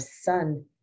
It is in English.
son